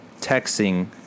texting